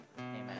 amen